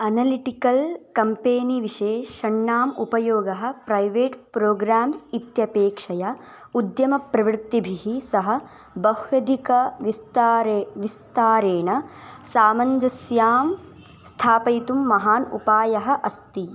analytical company विषये षण्णाम् उपयोगः प्रैवेट् प्रोग्राम्स् इत्यपेक्षया उद्यमप्रवृत्तिभिः सह बह्व्यधिकविस्तारे विस्तारेण सामञ्जस्यं स्थापयितुं महान् उपायः अस्ति